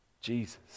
Jesus